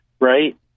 right